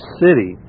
city